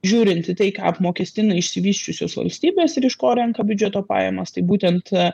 žiūrint į tai ką apmokestina išsivysčiusios valstybės ir iš ko renka biudžeto pajamas tai būtent